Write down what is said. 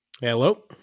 Hello